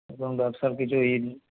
নতুন ব্যবসার কিছু নেই